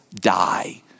die